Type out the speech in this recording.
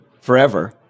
forever